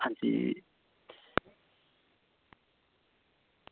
आं जी